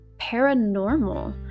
paranormal